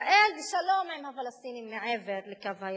ושלום עם הפלסטינים מעבר ל"קו הירוק".